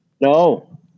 No